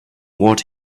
what